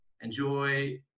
enjoy